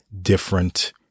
different